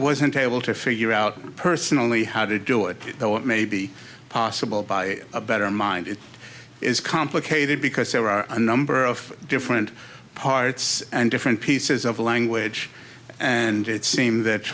wasn't able to figure out personally how to do it though it may be possible by a better mind it is complicated because there are a number of different parts and different pieces of the language and it seems that